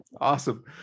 awesome